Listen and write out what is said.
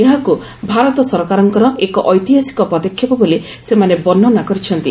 ଏହାକ୍ ଭାରତ ସରକାରଙ୍କର ଏକ ଐତିହାସିକ ପଦକ୍ଷେପ ବୋଲି ସେମାନେ ବର୍ଷ୍ଣନା କରିଛନ୍ତି